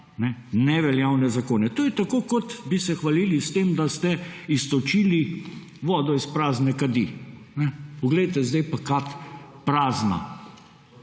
neveljavne zakone. To je tako, kot bi se hvalili s tem, da ste iztočili vodo iz prazne kadi: poglejte, zdaj je pa kad prazna.